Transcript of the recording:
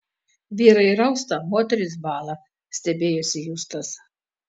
vyrai rausta moterys bąla stebėjosi justas